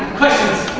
questions?